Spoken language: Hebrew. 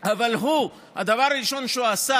אבל הוא, הדבר הראשון שהוא עשה